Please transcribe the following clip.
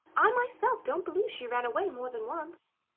i myself don't believe she ran away more than once.